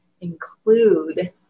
include